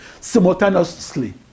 simultaneously